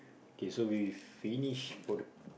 K so we finish for the